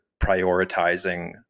prioritizing